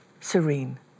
serene